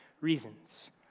reasons